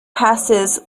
passes